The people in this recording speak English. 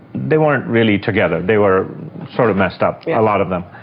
they weren't really together, they were sort of messed up, a lot of them.